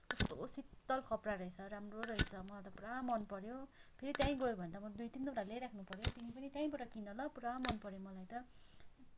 कस्तो शितल कपडा रहेछ राम्रो रहेछ मलाई त पुरा मन पऱ्यो फेरि त्यहीँ गएँ भने त दुई तिनवटा ल्याइराख्नु पऱ्यो हौ तिमी पनि त्यहीँबाट किन ल पुरा मन पऱ्यो मलाई त